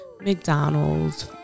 McDonald's